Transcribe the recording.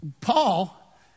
Paul